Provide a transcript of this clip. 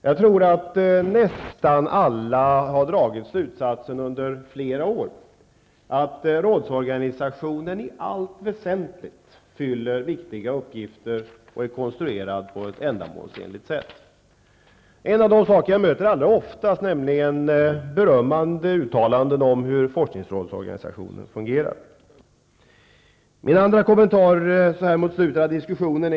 Jag tror att nästan alla under flera år har dragit slutsatsen att forskningsrådsorganisationen i allt väsentligt fyller en viktig funktion och är konstruerad på ett ändamålsenligt sätt. Ett av de uttalanden jag allra oftast möter är nämligen beröm över hur forskningsrådsorganisationen fungerar. Någon påstod att detta förslag lägger en kall hand över kvinnoforskningen.